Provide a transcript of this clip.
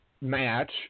match